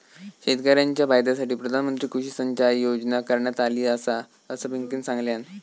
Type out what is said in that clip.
शेतकऱ्यांच्या फायद्यासाठी प्रधानमंत्री कृषी सिंचाई योजना करण्यात आली आसा, असा पिंकीनं सांगल्यान